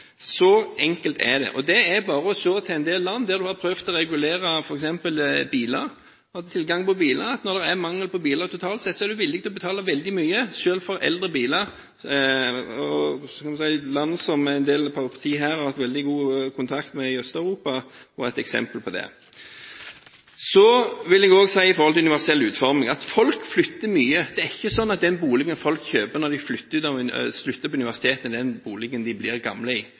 Så enkelt er det. Det er bare å se til en del land der en har prøvd å regulere f.eks. tilgang på biler. Når det er mangel på biler totalt sett, er en villig til å betale veldig mye, selv for eldre biler. Land i Øst-Europa, som en del partier her har hatt veldig god kontakt med, er eksempler på det. Når det gjelder universell utforming, vil jeg også si at folk flytter mye. Det er ikke slik at den boligen folk kjøper når de slutter på universitetet, er den boligen de blir gamle i.